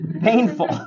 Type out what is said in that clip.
painful